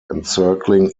encircling